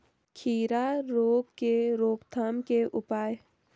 खीरा रोग के रोकथाम के उपाय?